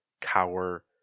cower